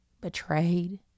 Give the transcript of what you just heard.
betrayed